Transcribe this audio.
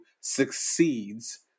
succeeds